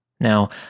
Now